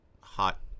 hot